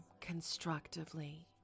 constructively